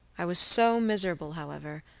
i was so miserable, however,